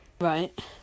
Right